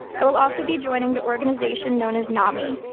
i will also be joining the organization known as nami,